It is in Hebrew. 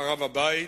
חרב הבית